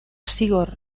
zigor